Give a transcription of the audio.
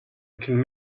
can